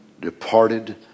departed